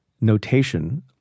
notation